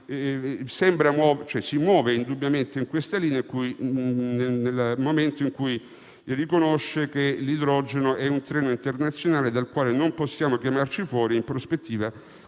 si muove indubbiamente su questa linea nel momento in cui riconosce che l'idrogeno è un treno internazionale dal quale non possiamo chiamarci fuori, in prospettiva, come